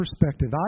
perspective